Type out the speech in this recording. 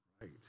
right